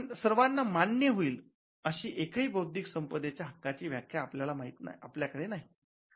सर्वांना मान्य होईल अशी एकही बौद्धिक संपदेच्या हक्कांची व्याख्या आपल्याकडे नाही